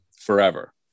forever